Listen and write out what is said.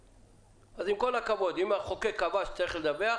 כל הכבוד, אם המחוקק קבע שצריך לדווח